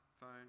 phone